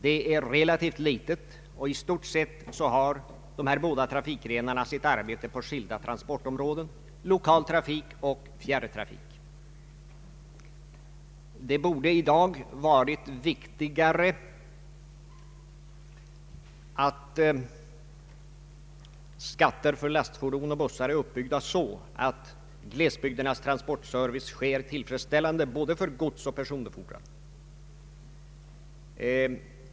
Det är relativt litet, och i stort sett har dessa båda trafikgrenar sitt arbete på skilda transportområden — lokaltrafik och fjärrtrafik. Det viktigaste i dag borde ha varit att skatter för lastfordon och bussar skulle vara uppbyggda så att glesbygdernas transportservice blir tillfredsställande både för godsoch personbefordran.